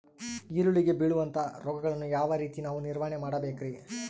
ಈರುಳ್ಳಿಗೆ ಬೇಳುವಂತಹ ರೋಗಗಳನ್ನು ಯಾವ ರೇತಿ ನಾವು ನಿವಾರಣೆ ಮಾಡಬೇಕ್ರಿ?